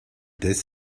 this